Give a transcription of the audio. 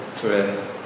forever